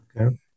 Okay